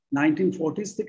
1940s